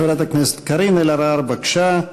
חברת הכנסת קארין אלהרר, בבקשה.